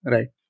Right